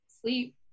sleep